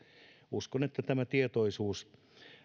uskon että tämä tietoisuus